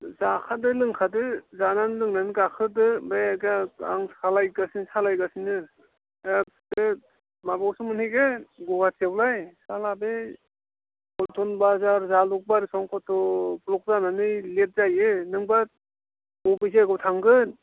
जाखादो लोंखादो जानानै लोंनानै गाखोदो बे आं सालायगासिनो सालायगासिनो एखे माबायावसो मोनहैगोन गुवाहाटियावलाय साला बै पल्टन बाजार जालुकबारिफ्राव खथ्थ' ब्लक जानानै लेट जायो नोंब्ला बबे जायगायाव थांगोन